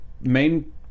main